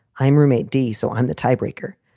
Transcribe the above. i'm roommate d, so i'm the tiebreaker.